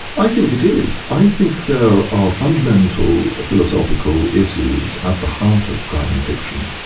i think it is. i think there are fundamental philosophical issues at the heart of crime fiction.